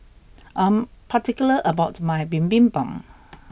I'am particular about my Bibimbap